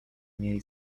mieli